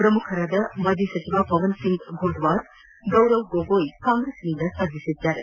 ಪ್ರಮುಖರಾದ ಮಾಜಿ ಸಚಿವ ಪವನ್ ಸಿಂಗ್ ಫೋಟವಾರ್ ಗೌರವ್ ಗೊಗೋಯ್ ಕಾಂಗ್ರೆಸ್ನಿಂದ ಸ್ಪರ್ಧಿಸಿದ್ದಾರೆ